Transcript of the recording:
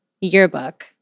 yearbook